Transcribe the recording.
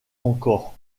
encore